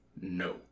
No